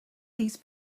these